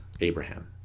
Abraham